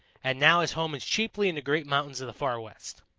and now his home is chiefly in the great mountains of the far west.